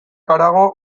harago